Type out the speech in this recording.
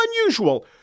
unusual